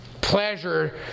pleasure